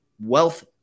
wealth